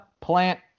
plant